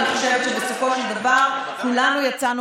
אני חושבת שבסופו של דבר כולנו יצאנו